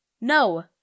No